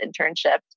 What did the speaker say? internship